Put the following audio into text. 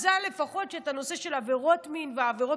מזל לפחות שבנושא של עבירות מין והעבירות